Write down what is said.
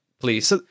Please